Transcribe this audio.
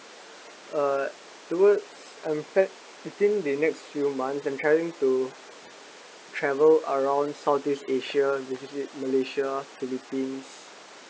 uh the world in fact within the next few months I'm trying to travel around southeast asia basically malaysia philippines